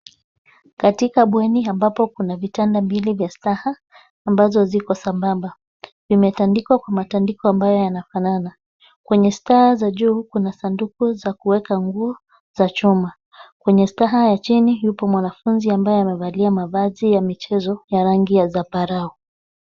Katika bweni ambapo kuna vitanda viwili vya staha. Viko sambamba na vimetandikwa kwa matandiko ambayo yanafanana. kwenye staha za juu, Kuna sanduku za kueka nguo, za chuma. kwenye staha ya chini yupo mwanafunzi aliyevaa sare za kucheza ya rangi ya zambarau.